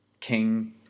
King